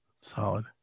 solid